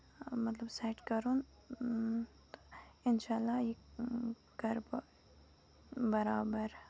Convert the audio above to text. مطلب سیٚٹ کَرُن اِنشاہ اللہ یہِ کرٕ بہٕ بَرابر